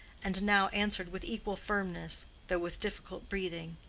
and now answered with equal firmness, though with difficult breathing,